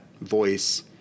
voice